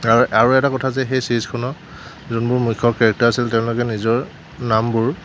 আৰু আৰু এটা কথা যে সেই চিৰিজখনৰ যোনবোৰ মুখ্য কেৰেক্টাৰ আছিলে তেওঁলোকৰ নিজৰ নামবোৰ